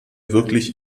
wirklich